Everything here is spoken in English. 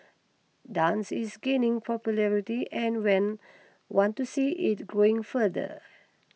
dance is gaining popularity and when want to see it growing further